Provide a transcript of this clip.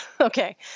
Okay